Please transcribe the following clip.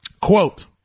quote